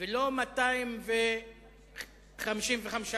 ולא 255 שקלים.